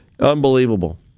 Unbelievable